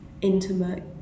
intimate